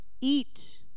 eat